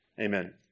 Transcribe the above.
Amen